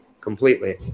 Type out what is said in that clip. completely